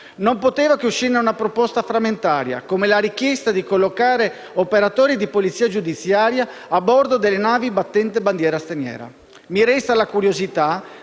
Non poteva che uscirne una proposta frammentaria, come la richiesta di collocare operatori di polizia giudiziaria a bordo delle navi battenti bandiera straniera. Mi resta la curiosità